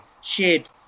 shared